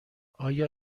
آیا